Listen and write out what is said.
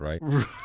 right